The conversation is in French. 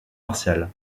martial